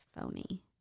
Phony